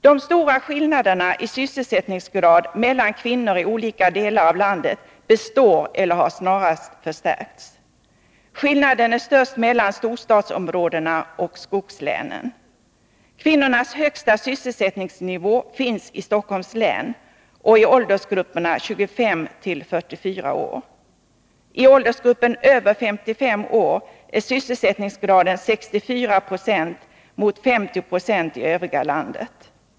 De stora skillnaderna i sysselsättningsgrad mellan kvinnor i olika delar av landet består eller har snarast förstärkts. Skillnaden är störst mellan storstadsområdena och skogslänen. Kvinnornas högsta sysselsättningsnivå finns i Stockholms län och i åldersgrupperna 25-44 år. I åldersgruppen över 55 år är sysselsättningsgraden 64 96 mot 50 26 i övriga landet.